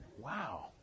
Wow